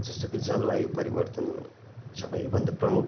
जस्तो कि जलवायु परिवर्तन सबैभन्दा प्रमुख